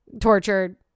tortured